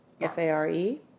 f-a-r-e